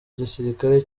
gisirikare